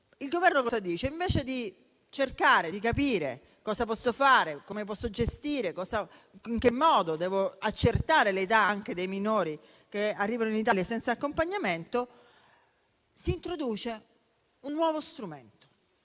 il Governo, invece di cercare di capire cosa si può fare, come gestire, in che modo accertare l'età dei minori che arrivano in Italia senza accompagnamento, introduce un nuovo strumento